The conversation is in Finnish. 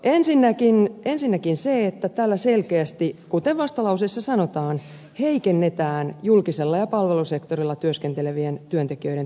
ensinnäkin sen että tällä selkeästi kuten vastalauseessa sanotaan heikennetään julkisella ja palvelusektorilla työskentelevien työntekijöiden työttömyysturvaa